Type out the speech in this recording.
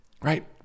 right